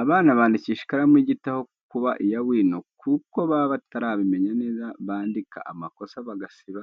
Abana bandikisha ikaramu y'igiti aho kuba iya wino kuko baba batarabimenya neza bandika amakosa bagasiba,